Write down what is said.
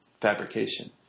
fabrication